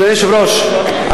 אדוני היושב-ראש,